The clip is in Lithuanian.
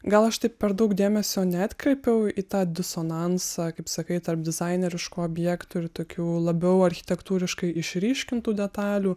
gal aš taip per daug dėmesio neatkreipiau į tą disonansą kaip sakai tarp dizaineriškų objektų ir tokių labiau architektūriškai išryškintų detalių